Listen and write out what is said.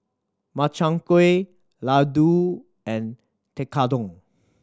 Makchang Gui Ladoo and Tekkadon